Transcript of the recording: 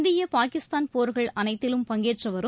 இந்திய பாகிஸ்தான் போர்கள் அனைத்திலும் பங்கேற்றவரும்